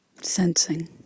sensing